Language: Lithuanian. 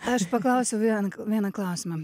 aš paklausiau vienk vieną klausimą